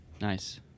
Nice